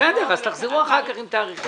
בסדר, אז תחזרו אחר כך עם תאריכים.